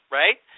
right